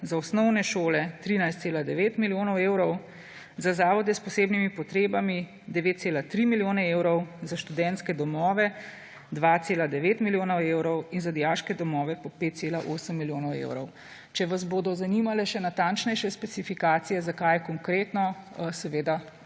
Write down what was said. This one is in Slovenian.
za osnovne šole 13,9 milijonov evrov, za zavode s posebnimi potrebami 9,3 milijone evrov, za študentske domove 2,9 milijonov evrov in za dijaške domove po 5,8 milijonov evrov. Če vas bodo zanimale še natančnejše specifikacije za kaj konkretno, seveda